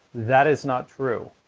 that is not true.